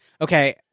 Okay